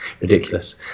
ridiculous